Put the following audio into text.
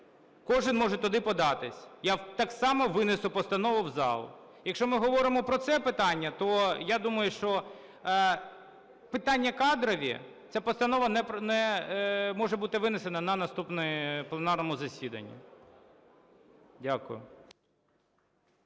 Кожен може туди податись. Я так само винесу постанову в зал. Якщо ми говоримо про це питання, то, я думаю, що питання кадрові, ця постанова може бути винесена на наступному пленарному засіданні. Дякую.